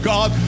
God